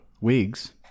Wigs